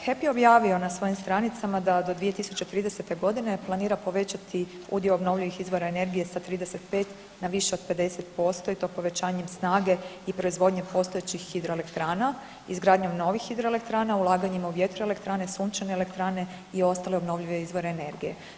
HEP je objavio na svojim stranicama da do 2030. godine planira povećati udio obnovljivih izvora energije sa 35 na više od 50% i to povećanjem snage i proizvodnje postojećih hidroelektrana, izgradnjom novih hidroelektrana, ulaganjem u vjetroelektrane, sunčane elektrane i ostale obnovljive izvore energije.